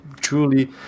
truly